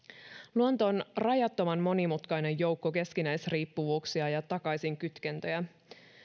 luonto on rajattoman monimutkainen joukko keskinäisriippuvuuksia ja takaisinkytkentöjä